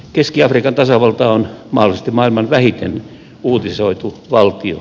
keski afrikan tasavalta on mahdollisesti maailman vähiten uutisoitu valtio